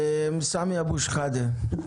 סמי אבו שחאדה.